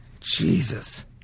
Jesus